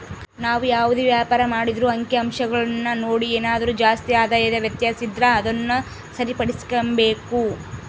ನಾವು ಯಾವುದೇ ವ್ಯಾಪಾರ ಮಾಡಿದ್ರೂ ಅಂಕಿಅಂಶಗುಳ್ನ ನೋಡಿ ಏನಾದರು ಜಾಸ್ತಿ ಆದಾಯದ ವ್ಯತ್ಯಾಸ ಇದ್ರ ಅದುನ್ನ ಸರಿಪಡಿಸ್ಕೆಂಬಕು